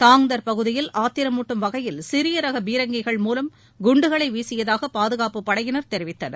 தாய்தார் பகுதியில் ஆத்திரமூட்டும் வகையில் சிறிய ரக பீரங்கிகள் மூலம் குண்டுகளை வீசியதாக பாதுகாப்பு படையினர் தெரிவித்தனர்